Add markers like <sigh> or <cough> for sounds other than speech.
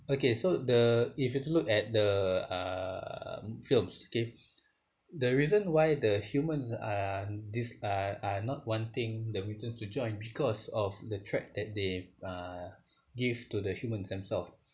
okay so the if you to look at the uh films okay <breath> the reason why the humans are dis~ are are not wanting the mutants to join because of the threat that they uh give to the humans themselves